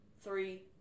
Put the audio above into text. three